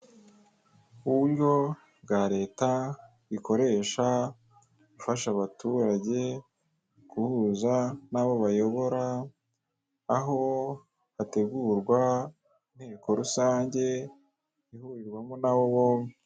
Uburyo bwa leta ikoresha ifasha abaturage guhuza n'abo bayobora aho hategurwa inteko rusange ihurirwamo nabo bombi.